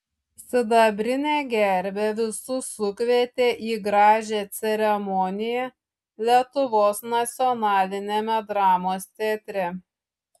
sidabrinė gervė visus sukvietė į gražią ceremoniją lietuvos nacionaliniame dramos teatre